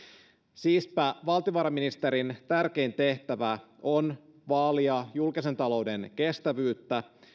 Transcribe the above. siispä valtiovarainministerin tärkein tehtävä on vaalia julkisen talouden kestävyyttä